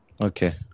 Okay